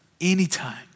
anytime